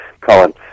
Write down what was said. Colin